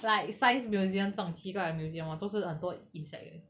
like science museum 这种奇怪的 museum hor 都是很多 insect 的